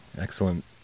Excellent